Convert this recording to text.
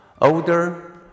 Older